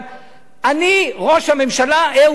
אני ראש הממשלה אהוד אולמרט,